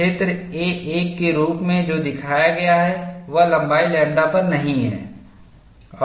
क्षेत्र A1 के रूप में जो दिखाया गया है वह लंबाई लैम्ब्डा पर नहीं है